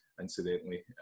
incidentally